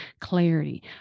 clarity